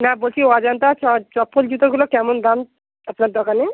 না বলছি অজন্তার চ চপ্পল জুতোগুলোর কেমন দাম আপনার দোকানে